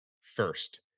first